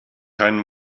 keinen